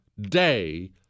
day